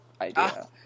idea